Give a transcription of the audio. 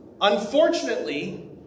Unfortunately